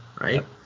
right